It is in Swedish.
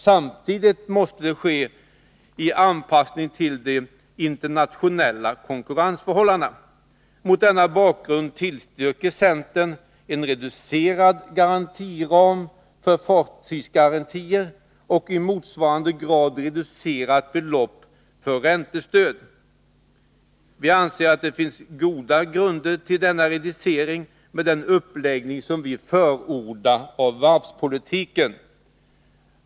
Samtidigt måste det ske en anpassning till de internationella konkurrensförhållandena. Mot denna bakgrund tillstyrker centern en reducerad garantiram för fartygsgarantier och ett i motsvarande grad reducerat belopp för räntestöd. Vi anser att det finns goda grunder för denna reducering med den uppläggning av varvspolitiken vi förordar.